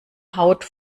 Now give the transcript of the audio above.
haut